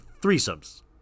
threesomes